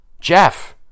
Jeff